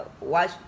watch